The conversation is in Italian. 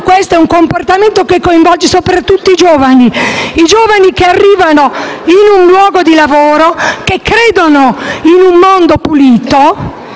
Questo è un comportamento che coinvolge soprattutto i giovani, che arrivano in un luogo di lavoro credendo in un mondo pulito